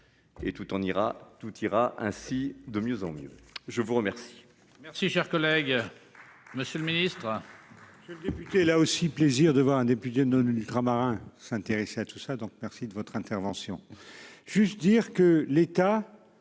ira tout ira ainsi de mieux en mieux, je vous remercie.